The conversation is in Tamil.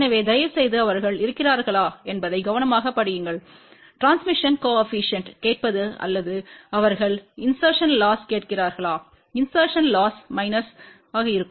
எனவே தயவுசெய்து அவர்கள் இருக்கிறார்களா என்பதை கவனமாகப் படியுங்கள் டிரான்ஸ்மிஷன்க் கோஏபிசிஎன்ட்த்தைக் கேட்பது அல்லது அவர்கள் இன்செர்ட்டின் லொஸ்க் கேட்கிறார்களாஇன்செர்ட்டின் லொஸ் மைனஸ் இருக்கும்